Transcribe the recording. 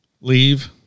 leave